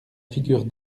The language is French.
figure